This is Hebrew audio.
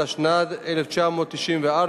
התשנ"ד 1994,